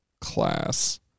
class